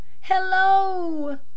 hello